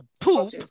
poop